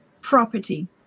property